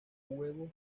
huevos